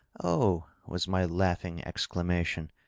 oh, was my laughing exclamation,